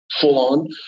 full-on